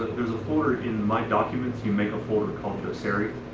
there's a folder in my documents, you make a folder called doceri,